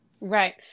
right